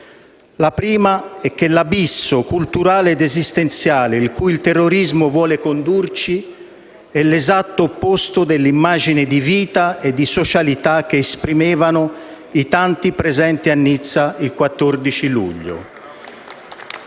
La prima è che l'abisso culturale ed esistenziale in cui il terrorismo vuole condurci è l'esatto opposto dell'immagine di vita e di socialità che esprimevano i tanti presenti a Nizza il 14 luglio.